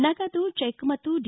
ನಗದು ಚೆಕ್ ಮತ್ತು ಡಿ